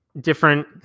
Different